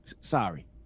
Sorry